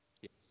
yes